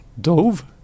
dove